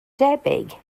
debyg